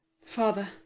father